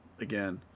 again